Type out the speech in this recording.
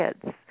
kids